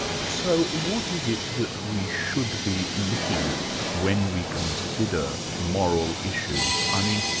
so what is it that we should be looking at when we consider moral issues? i mean,